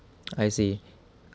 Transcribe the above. I see